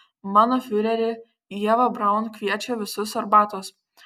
mano fiureri ieva braun kviečia visus arbatos